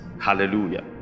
Hallelujah